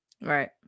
Right